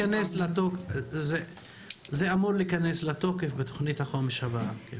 זה אמור להיכנס לתוקף בתוכנית החומש הבאה.